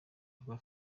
rwa